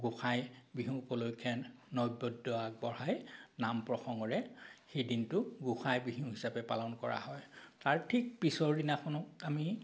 গোঁসাই বিহু উপলক্ষে নৈৱেদ্য় আগবঢ়াই নাম প্ৰসংগৰে সেই দিনটো গোঁসাই বিহু হিচাপে পালন কৰা হয় তাৰ ঠিক পিছৰ দিনাখনো আমি